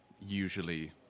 usually